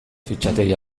fitxategi